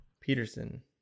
Peterson